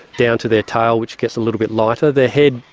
down to their tail, which gets a little bit lighter. their head,